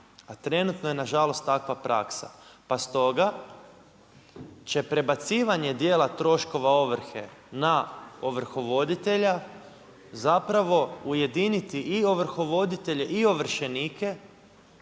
a trenutno je nažalost takva praksa, pa stoga, će prebacivanje dijela troškova ovrhe na ovrhovoditelja, zapravo ujediniti i ovrhovoditelje i ovršenike